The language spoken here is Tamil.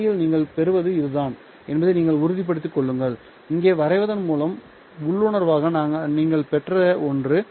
உண்மையில் நீங்கள் பெறுவது இதுதான் என்பதை நீங்களே உறுதிப்படுத்திக் கொள்ளுங்கள் இங்கே வரைவதன் மூலம் உள்ளுணர்வாக நீங்கள் பெற்ற ஒன்று